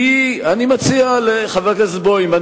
כי, איפה שמעת הסברים כאלה?